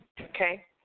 Okay